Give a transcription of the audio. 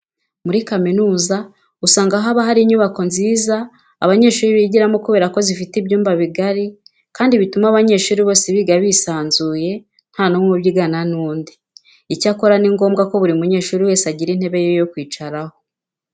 Muri kaminuza usanga haba hari inyubako nziza abanyeshuri bigiramo kubera ko ziba zifite ibyumba bigari kandi bituma abanyeshuri bose biga bisanzuye nta n'umwe ubyigana n'undi. Icyakora ni ngombwa ko buri munyeshuri wese agira intebe ye yo kwicaraho.